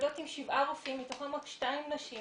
מתמודדות עם 7 רופאים, מתוכם רק 2 נשים